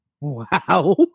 Wow